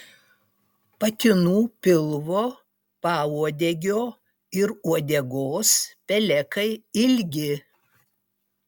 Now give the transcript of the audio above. patinų pilvo pauodegio ir uodegos pelekai ilgi